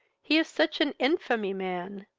he is such an infamy man,